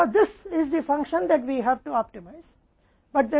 तो यह वह फ़ंक्शन है जिसे हमें ऑप्टिमाइज़ करना होगा